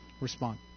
respond